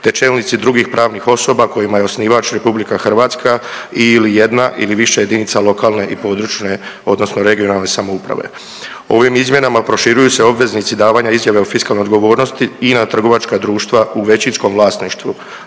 te čelnici drugih pravnih osoba kojima je osnivač RH i/ili jedna ili više jedinica lokalne i područne (regionalne) samouprave. Ovim izmjenama proširuju se obveznici davanja izjave o fiskalnoj odgovornosti i na trgovačka društva u većinskom vlasništvu